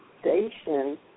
station